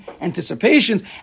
anticipations